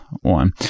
one